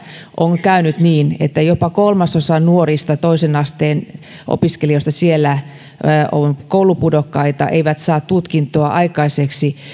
on käynyt niin että siellä jopa kolmasosa nuorista toisen asteen opiskelijoista on koulupudokkaita ei saa tutkintoa aikaiseksi